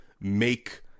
make